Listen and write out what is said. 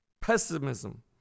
pessimism